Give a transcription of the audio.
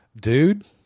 Dude